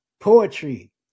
Poetry